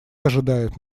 ожидает